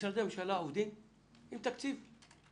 משרדי ממשלה עובדים עם תקציב,